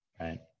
right